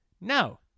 no